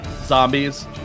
zombies